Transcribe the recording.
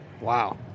Wow